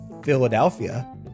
Philadelphia